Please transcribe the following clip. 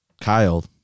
Kyle